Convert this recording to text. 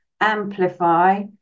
amplify